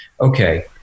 okay